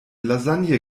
lasagne